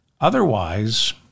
Otherwise